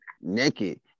naked